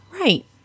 Right